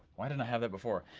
why didn't i have that before?